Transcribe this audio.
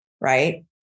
right